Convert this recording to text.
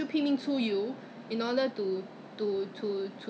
so ah Face Shop ah I tell you I I like this one you know smart peeling